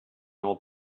old